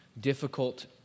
difficult